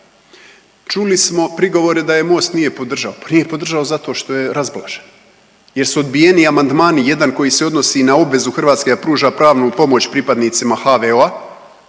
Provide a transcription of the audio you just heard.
Čuli smo prigovore da je Most nije podržao, pa nije podržao zato što je razblažena, jer su odbijeni amandmani, jedan koji se odnosi na obvezu Hrvatske da pruža pravnu pomoć pripadnicima HVO-a